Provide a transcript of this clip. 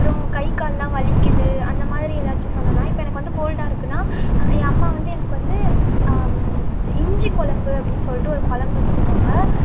அப்புறோம் கை கால் எல்லாம் வலிக்குது அந்த மாதிரி எதாச்சும் சொன்னேன்னா இப்போ எனக்கு வந்து கோல்டாக இருக்குன்னா என் அம்மா வந்து எனக்கு வந்து இஞ்சி குலம்பு அப்படின் சொல்லிட்டு ஒரு குலம்பு வச்சு தருவாங்க